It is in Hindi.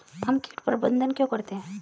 हम कीट प्रबंधन क्यों करते हैं?